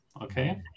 Okay